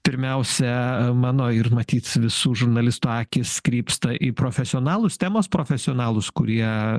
pirmiausia mano ir matyt visų žurnalistų akys krypsta į profesionalus temos profesionalus kurie